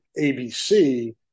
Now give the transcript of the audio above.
ABC